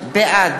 בעד